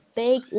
big